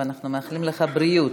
ואנחנו מאחלים לך בריאות,